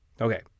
Okay